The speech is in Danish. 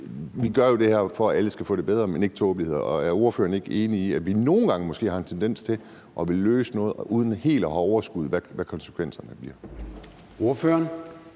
vi gør jo det her, for at alle skal få det bedre, men det skal jo ikke føre til tåbeligheder, og er ordføreren ikke enig i, at vi nogle gange måske har en tendens til at ville løse noget uden helt at have overskuet, hvad konsekvenserne bliver? Kl.